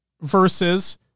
versus